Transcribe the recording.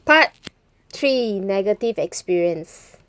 part three negative experience